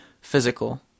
physical